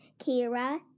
Kira